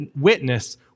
witness